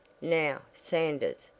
now, sanders,